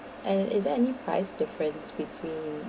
and is there any price difference between